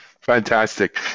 Fantastic